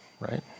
Right